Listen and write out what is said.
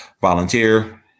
Volunteer